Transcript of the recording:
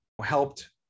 helped